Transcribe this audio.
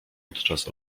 podczas